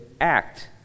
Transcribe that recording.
act